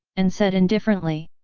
and said indifferently.